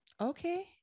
Okay